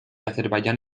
azerbaiyán